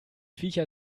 viecher